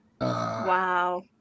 Wow